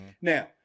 Now